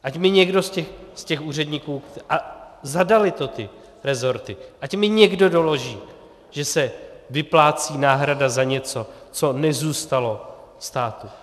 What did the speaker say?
Ať mi někdo z těch úředníků, a zadaly to ty resorty, ať mi někdo doloží, že se vyplácí náhrada za něco, co nezůstalo státu.